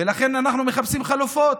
ולכן אנחנו מחפשים חלופות.